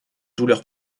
douleur